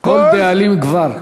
כל דאלים גבר.